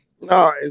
No